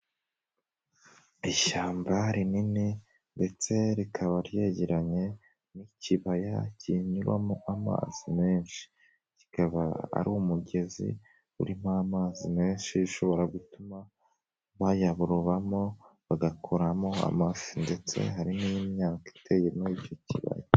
Ishyamba rinini ndetse rikaba ryegeranye n'ikibaya kinyuramo amazi menshi. Kikaba ari umugezi urimo amazi menshi, ushobora gutuma bayarobamo, bagakoramo amafi ndetse hari n'imyaka iteye muri icyo kibaya.